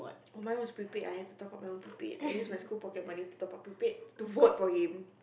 oh mine was prepaid I have to top up my own prepaid I use my school pocket money to top up prepaid to vote for him